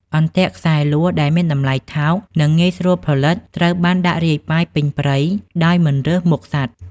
អន្ទាក់ខ្សែលួសដែលមានតម្លៃថោក និងងាយស្រួលផលិត ត្រូវបានដាក់រាយប៉ាយពេញព្រៃដោយមិនរើសមុខសត្វ។